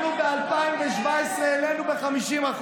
ב-2017 אנחנו העלינו ב-50%.